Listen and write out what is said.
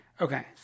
Okay